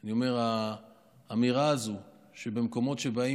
אני אומר: האמירה הזו שבמקומות שבהם